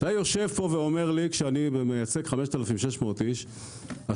אתה אומר לי כשאני מייצג 5,600 איש,